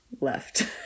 left